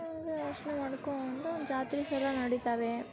ಅದೇ ಯೋಚನೆ ಮಾಡಿಕೊಂಡು ಜಾತ್ರಿಸೆಲ್ಲ ನಡಿತವೆ